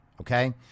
okay